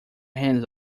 hands